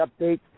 update